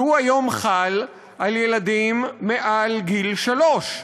שהיום חל על ילדים מעל גיל שלוש.